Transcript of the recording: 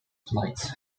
flights